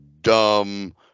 dumb